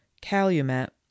Calumet